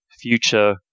future